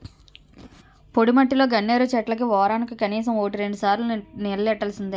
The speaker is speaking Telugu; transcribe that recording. పొడిమట్టిలో గన్నేరు చెట్లకి వోరానికి కనీసం వోటి రెండుసార్లు నీల్లెట్టాల్సిందే